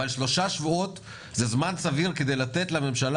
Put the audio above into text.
אבל שלושה שבועות זה זמן סביר כדי לתת לממשלה